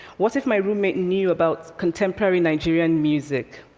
what if my roommate knew about contemporary nigerian music,